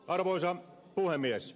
arvoisa puhemies